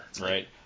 Right